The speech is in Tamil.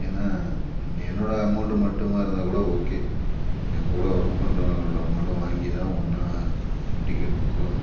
ஏன்னால் என்னோடய அமௌண்டு மட்டுமாக இருந்தால் கூட ஓகே என் கூட ஒர்க் பண்ணுறவங்களோட அமௌண்டும் வாங்கி தான் ஒன்றா டிக்கெட் புக் பண்ணிணோம்